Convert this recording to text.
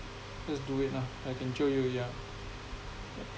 let's do it lah I can jio you ya